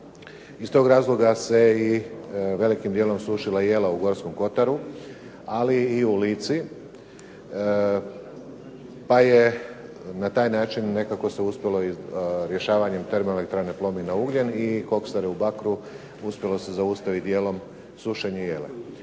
Iz tog razloga se i velikim dijelom sušila i jela u Gorskom Kotaru, ali i u Lici pa je na taj način nekako se uspjelo rješavanjem Termoelektrane "Plomin" na ugljen i koksare u Bakru uspjelo se zaustaviti dijelom sušenje jele.